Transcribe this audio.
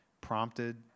prompted